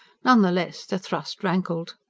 none the less, the thrust rankled.